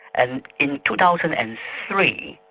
and in two thousand and three,